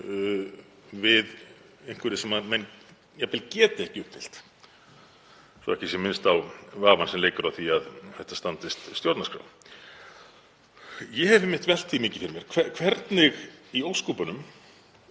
við einhverju sem menn geta jafnvel ekki uppfyllt, svo ekki sé minnst á vafann sem leikur á því að þetta standist stjórnarskrá. Ég hef einmitt velt því mikið fyrir mér hvernig í ósköpunum